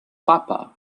papa